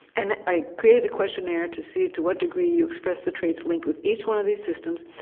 and i created a questionnaire to see to what degree you express the traits linked with each one of these systems,